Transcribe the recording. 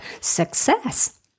success